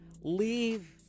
leave